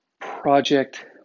project